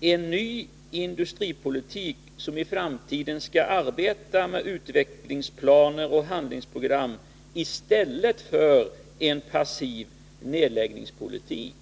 en ny industripolitik som innebar att man i framtiden skall arbeta med utvecklingsplaner och handlingsprogram i stället för att driva en passiv nedläggningspolitik.